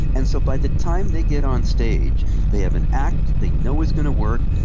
and so by the time they get on stage they have an act they know is going to work,